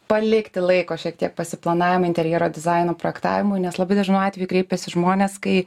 palikti laiko šiek tiek pasiplanavimui interjero dizaino projektavimui nes labai dažnu atveju kreipiasi žmonės kai